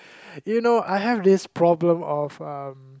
you know I have this problem of um